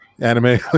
anime